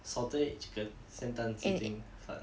salty egg chicken 咸蛋鸡丁饭